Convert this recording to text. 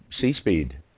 C-Speed